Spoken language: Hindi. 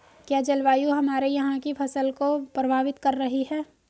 क्या जलवायु हमारे यहाँ की फसल को प्रभावित कर रही है?